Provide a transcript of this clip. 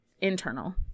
internal